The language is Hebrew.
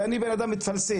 שאני בן אדם מתפלסף,